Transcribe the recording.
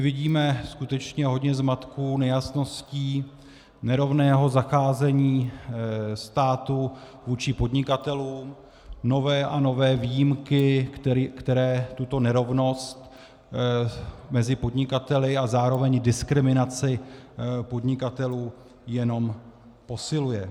Vidíme skutečně hodně zmatků, nejasností, nerovného zacházení státu vůči podnikatelům, nové a nové výjimky, které tuto nerovnost mezi podnikateli a zároveň diskriminaci podnikatelů jenom posiluje.